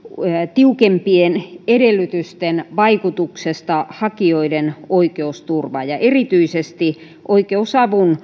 tiukempien edellytysten vaikutuksesta hakijoiden oikeusturvaan erityisesti oikeusavun